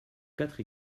quatre